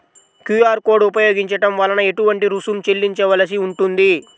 QR code ఉపయోగించటం వలన ఏటువంటి రుసుం చెల్లించవలసి ఉంటుంది?